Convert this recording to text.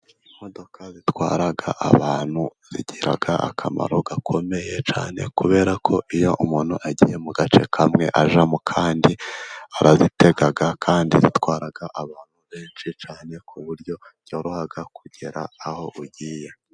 Imodoka zitwara abantu, zigira akamaro gakomeye, cyane kubera ko iyo umuntu agiye mu gace kamwe ajya mu kandi arazitega, kandi zitwara abantu benshi cyane ku buryo byoroha kugera aho ugiye.